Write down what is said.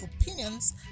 opinions